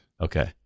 Okay